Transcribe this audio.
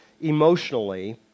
emotionally